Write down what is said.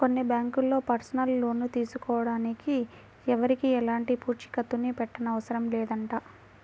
కొన్ని బ్యాంకుల్లో personal loan తీసుకోడానికి ఎవరికీ ఎలాంటి పూచీకత్తుని పెట్టనవసరం లేదంట